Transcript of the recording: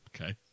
Okay